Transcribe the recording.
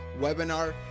webinar